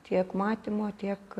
tiek matymo tiek